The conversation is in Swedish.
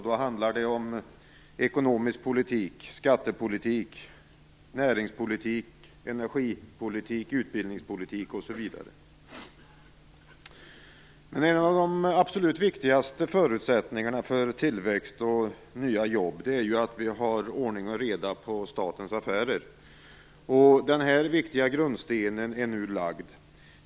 Då handlar det om ekonomisk politik, skattepolitik, näringspolitik, energipolitik, utbildningspolitik osv. En av de absolut viktigaste förutsättningarna för tillväxt och nya jobb, är att vi har ordning och reda på statens affärer. Den viktiga grundstenen är nu lagd.